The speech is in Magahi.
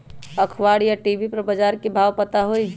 अखबार या टी.वी पर बजार के भाव पता होई?